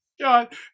God